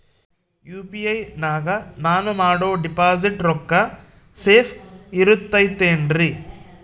UPI ನಾಗ ನಾನು ಮಾಡೋ ಡಿಪಾಸಿಟ್ ರೊಕ್ಕ ಸೇಫ್ ಇರುತೈತೇನ್ರಿ?